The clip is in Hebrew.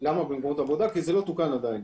לא תוקן.